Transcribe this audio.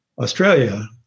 Australia